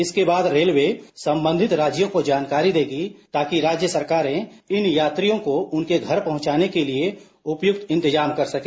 इसके बाद रेलवे संबंधित राज्यों को जानकारी देगी ताकि राज्य सरकारें इन राज्यों को उनके घर पहुंचाने के लिए उपयुक्त इंतजाम कर सके